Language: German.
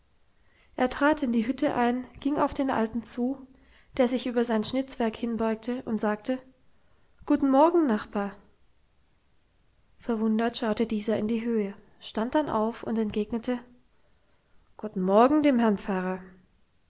er trat in die hütte ein ging auf den alten zu der sich über sein schnitzwerk hinbeugte und sagte guten morgen nachbar verwundert schaute dieser in die höhe stand dann auf und entgegnete guten morgen dem herrn pfarrer